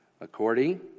according